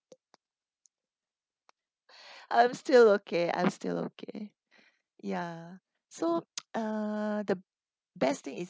I'm still okay I'm still okay ya so uh the best thing is